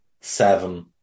seven